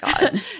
God